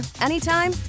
anytime